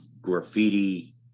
graffiti